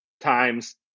times